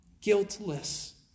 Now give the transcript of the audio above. guiltless